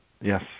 Yes